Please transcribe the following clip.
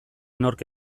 nork